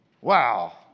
Wow